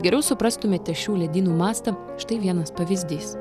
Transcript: geriau suprastumėte šių ledynų mastą štai vienas pavyzdys